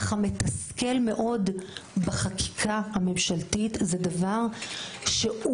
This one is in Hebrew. אך המתסכל מאוד בחקיקה הממשלתית זה דבר שהוא